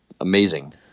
amazing